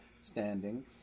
standing